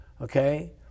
okay